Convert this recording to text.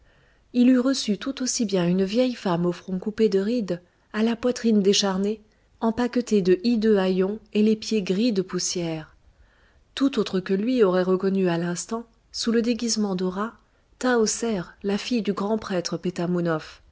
il eût reçu tout aussi bien une vieille femme au front coupé de rides à la poitrine décharnée empaquetée de hideux haillons et les pieds gris de poussière tout autre que lui aurait reconnu à l'instant sous le déguisement d'hora tahoser la fille du grand prêtre